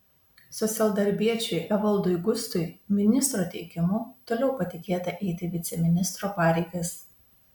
socialdarbiečiui evaldui gustui ministro teikimu toliau patikėta eiti viceministro pareigas